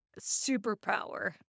superpower